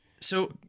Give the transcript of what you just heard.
So-